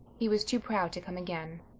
he was too proud to come again.